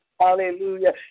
Hallelujah